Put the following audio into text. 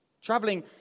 traveling